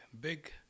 big